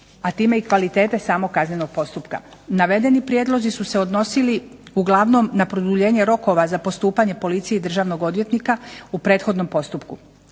a time i kvalitete samog kaznenog postupka. Navedeni prijedlozi su se odnosili uglavnom na produljenje rokova za postupanje policije i Državnog odvjetnika u prethodnom postupku.